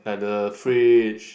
like the fridge